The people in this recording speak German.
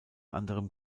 anderem